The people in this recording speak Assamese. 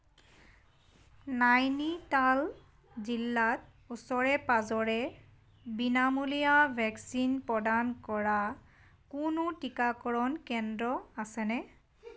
নাইনিতাল জিলাত ওচৰে পাঁজৰে বিনামূলীয়া ভেকচিন প্ৰদান কৰা কোনো টীকাকৰণ কেন্দ্ৰ আছেনে